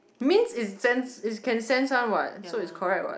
means is sense is can sense one what so is correct [what]